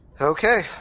Okay